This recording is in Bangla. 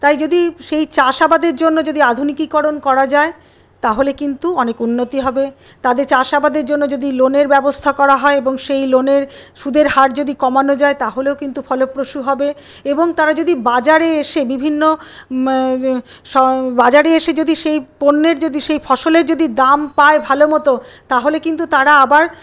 তাই যদি সেই চাষাবাদের জন্য যদি আধুনিকীকরণ করা যায় তাহলে কিন্তু অনেক উন্নতি হবে তাতে চাষাবাদের জন্য যদি লোনের ব্যবস্থা করা হয় এবং সেই লোনের সুদের হার যদি কমানো যায় তাহলেও কিন্তু ফলপ্রসূ হবে এবং তারা যদি বাজারে এসে বিভিন্ন বাজারে এসে যদি সেই পণ্যের যদি সেই ফসলের যদি দাম পায় ভালো মতো তাহলে কিন্তু তারা আবার